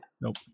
Nope